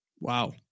Wow